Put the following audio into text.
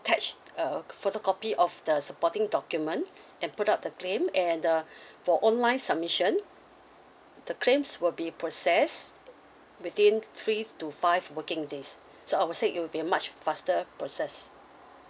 ~tach a photocopy of the supporting document and put up the claim and uh for online submission the claims will be process within three to five working days so I'll say it will be a much faster process